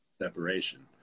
separation